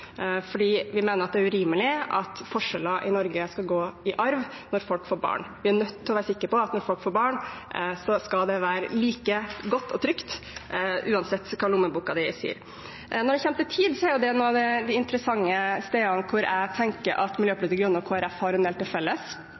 fordi vi mener det er urimelig at forskjeller i Norge skal gå i arv når folk får barn. Vi er nødt til å være sikre på at når folk får barn, skal det være like godt og trygt, uansett hva lommeboken din sier. Når det kommer til tid, er jo det et av de interessante forholdene hvor jeg tenker at Miljøpartiet De Grønne og Kristelig Folkeparti har en del til felles.